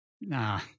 nah